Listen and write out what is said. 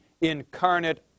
incarnate